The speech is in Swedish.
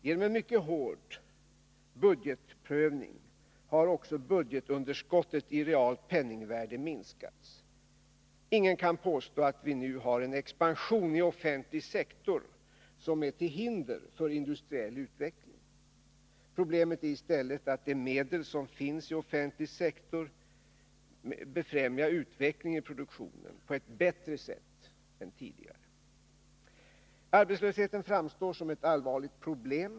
Genom en mycket hård budgetprövning har också budgetunderskottet i realt penningvärde minskats. Ingen kan påstå att vi nu har en expansion i offentlig sektor som är till hinders för industriell utveckling. Problemet är i stället att med de medel som finns i offentlig sektor befrämja utvecklingen i produktionen på ett bättre sätt än tidigare. Arbetslösheten framstår som ett allvarligt problem.